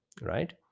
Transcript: right